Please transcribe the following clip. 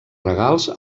regals